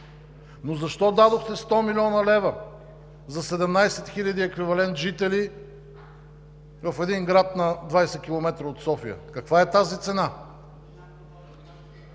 но защо дадохте 100 млн. лв. за 17 хиляди еквивалент жители в един град на 20 км от София? Каква е тази цена?